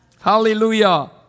Hallelujah